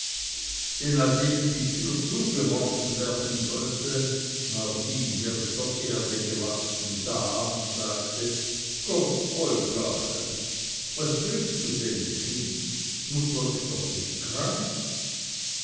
denn als eben die tür zugeworfen werden sollte war sie wie aus der erde gewachsen da und sagte gott olgachen was bringst du denn kind mutter is doch nich krank